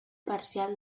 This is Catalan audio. parcial